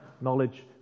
knowledge